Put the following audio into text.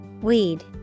weed